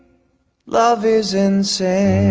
love is insane.